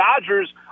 Dodgers